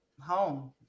Home